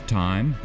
time